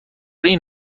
این